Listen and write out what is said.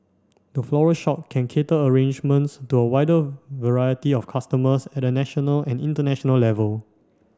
the floral shop can cater arrangements to a wider variety of customers at a national and international level